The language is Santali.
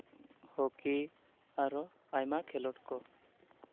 ᱦᱚᱠᱤ ᱟᱨᱚ ᱟᱭᱢᱟ ᱠᱷᱮᱞᱳᱰ ᱠᱚ